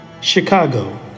Chicago